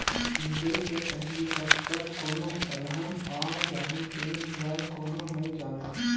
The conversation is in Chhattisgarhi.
मिजई के पहिली तक कब कोनो अलहन आ जाही तेन ल कोनो नइ जानय